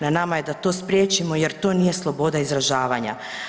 Na nama je da to spriječimo jer to nije sloboda izražavanja.